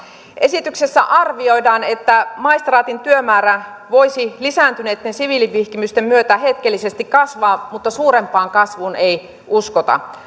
esityksessä arvioidaan että maistraatin työmäärä voisi lisääntyneitten siviilivihkimysten myötä hetkellisesti kasvaa mutta suurempaan kasvuun ei uskota